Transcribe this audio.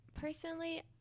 personally